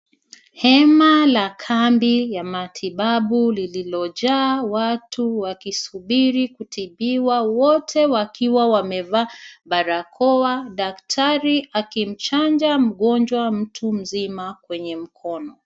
Hema la kambi ya matibabu lililojaa watu wakisubiri kutibiwa wote wakiwa wamevaa barakoa. Daktari akimchanja mgonjwa mtu mzima kwenye mkono.